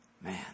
Man